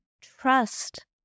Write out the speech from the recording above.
Trust